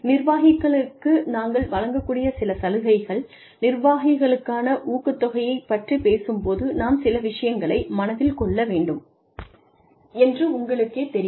நிர்வாகிகளுக்கு நாங்கள் வழங்கக்கூடிய சில சலுகைகள் நிர்வாகிகளுக்கான ஊக்கத்தொகைகளைப் பற்றிப் பேசும்போது நாம் சில விஷயங்களை மனதில் கொள்ள வேண்டும் என்று உங்களுக்கேத் தெரியும்